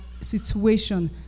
situation